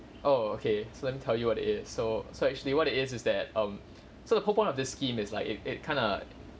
oh okay so let me tell you what it is so so actually what it is is that um so the whole point of this scheme is like it it kinda